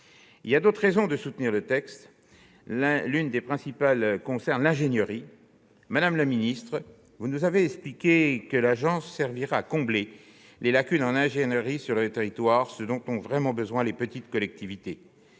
Il y a d'autres raisons de soutenir cette proposition de loi. L'une des principales concerne l'ingénierie. Madame la ministre, vous nous avez expliqué que l'agence servirait à combler les lacunes en ingénierie sur le territoire, ce dont ont vraiment besoin les petites collectivités.